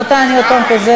רבותי, אני עוד פעם חוזרת.